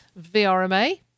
VRMA